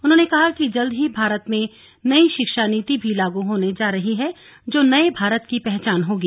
उन्होंने कहा कि जल्द ही भारत में नई शिक्षा नीति भी लागू होने जा रही है जो नए भारत की पहचान होगी